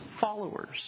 followers